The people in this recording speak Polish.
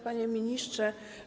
Panie Ministrze!